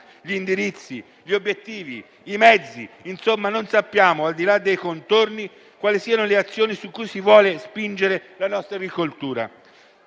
gli indirizzi, gli obiettivi, i mezzi. Insomma, non sappiamo, al di là dei contorni, quali siano le azioni cui si vuole spingere la nostra agricoltura.